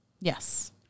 Yes